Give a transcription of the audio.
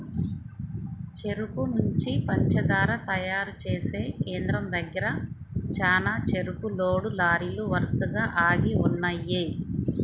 చెరుకు నుంచి పంచదార తయారు చేసే కేంద్రం దగ్గర చానా చెరుకు లోడ్ లారీలు వరసగా ఆగి ఉన్నయ్యి